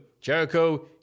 Jericho